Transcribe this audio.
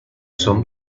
son